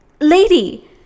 lady